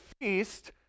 feast